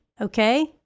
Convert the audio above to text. Okay